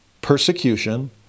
Persecution